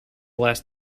last